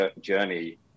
journey